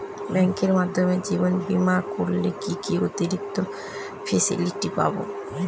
ব্যাংকের মাধ্যমে জীবন বীমা করলে কি কি অতিরিক্ত ফেসিলিটি পাব?